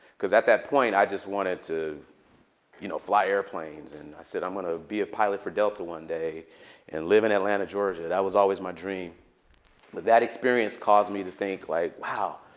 cause at that point i just wanted to you know fly airplanes. and i said, i'm going to be a pilot for delta one day and live in atlanta, georgia. that was always my dream. but that experience caused me to think, like, wow,